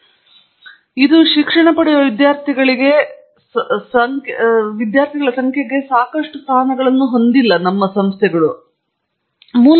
ಆದರೆ ಇದು ಶಿಕ್ಷಣ ಪಡೆಯುವ ವಿದ್ಯಾರ್ಥಿಗಳ ಸಂಖ್ಯೆಗೆ ಸಾಕಷ್ಟು ಸ್ಥಾನಗಳನ್ನು ಹೊಂದಿಲ್ಲ ಎಂಬ ಕೃತಕ ಪರಿಣಾಮವಾಗಿದೆ